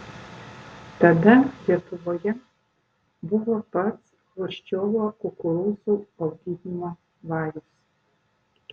tada lietuvoje buvo pats chruščiovo kukurūzų auginimo vajus